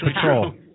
Patrol